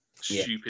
stupid